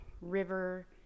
river